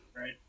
Right